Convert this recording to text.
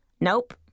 Nope